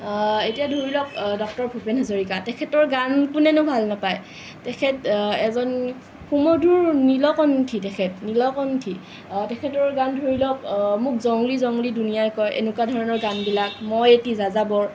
এতিয়া ধৰি লওক ডক্টৰ ভূপেন হাজৰিকা তেখেতৰ গান কোনেনো ভাল নাপায় তেখেত এজন সুমধুৰ নীলকন্ঠী তেখেত নীলকন্ঠী তেখেতৰ গান ধৰি লওক মোক জংলী জংলী দুনীয়াই কয় এনেকুৱা ধৰণৰ গানবিলাক মই এটি যাযাবৰ